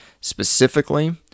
specifically